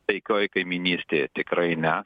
taikioj kaimynystėje tikrai ne